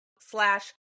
slash